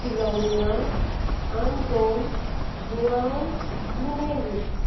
Philomena Anton Joao Menezes